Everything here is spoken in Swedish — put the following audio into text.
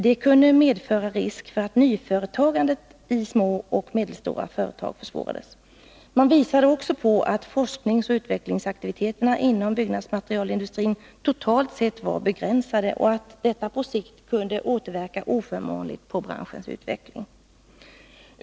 Detta kunde medföra risk för att nyföretagandet i små och medelstora företag försvårades. Man visade också på att forskningsoch utvecklingsaktiviteterna inom byggnadsmaterialindustrin totalt sett var begränsade och att detta på sikt kunde återverka oförmånligt på branschens utveckling.